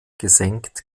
gesenkt